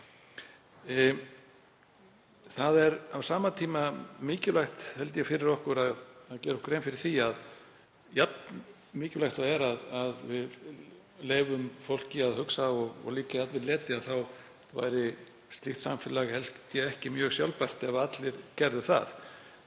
Það er á sama tíma mikilvægt fyrir okkur að gera grein fyrir því að jafn mikilvægt og það er að við leyfum fólki að hugsa og liggja jafnvel í leti þá væri slíkt samfélag ekki mjög sjálfbært ef allir gerðu það.